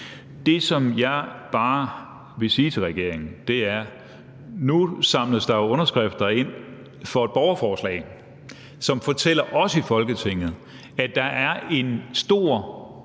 Det, som jeg bare vil sige til regeringen, er: Nu samles der jo underskrifter ind til et borgerforslag, som fortæller os i Folketinget, at der er en stor